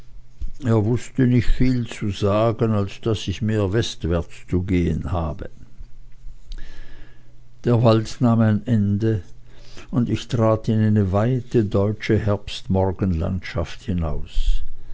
er wußte nicht viel zu sagen als daß ich mehr westwärts zu gehen habe der wald nahm ein ende und ich trat in eine weite deutsche herbstmorgenlandschaft hinaus